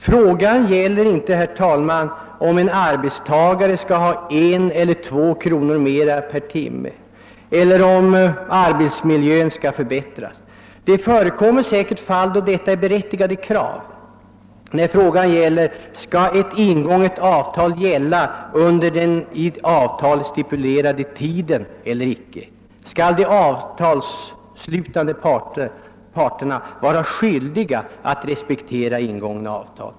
Frågan gäller inte, herr talman, om en arbetstagare skall ha en eller två kronor mer per timme eller om arbetsmiljön skall förbättras — det förekommer säkert fall då dessa krav är berät tigade — utan den gäller om ett ingånget avtal skall hållas under den i avtalet stipulerade tiden. Skall de avtalsslutande parterna vara skyldiga att respektera ingångna avtal?